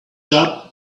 job